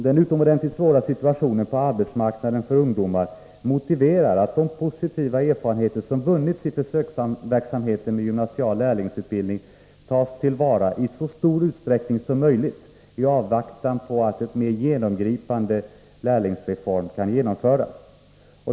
Den utomordentligt svåra situationen på arbetsmarknaden för ungdomar motiverar att de positiva erfarenheter som vunnits i försöksverksamheten med gymnasial lärlingsutbildning tas till vara i så stor utsträckning som möjligt i avvaktan på att en mer genomgripande lärlingsreform kan genomföras.